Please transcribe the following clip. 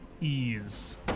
ease